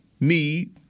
need